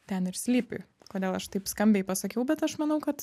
ten ir slypi kodėl aš taip skambiai pasakiau bet aš manau kad